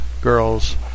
Girls